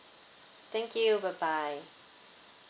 thank you bye bye